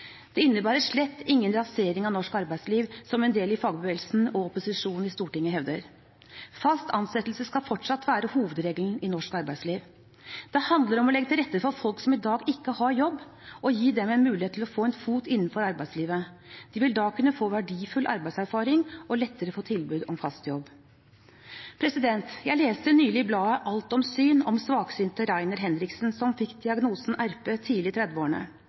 Det innebærer slett ingen rasering av norsk arbeidsliv, som en del i fagbevegelsen og opposisjonen i Stortinget hevder. Fast ansettelse skal fortsatt være hovedregelen i norsk arbeidsliv. Det handler om å legge til rette for folk som i dag ikke har jobb, og gi dem en mulighet til å få en fot innenfor arbeidslivet. De vil da kunne få verdifull arbeidserfaring og lettere få tilbud om fast jobb. Jeg leste nylig i bladet Alt om syn om svaksynte Rainer Henriksen som fikk diagnosen RP tidlig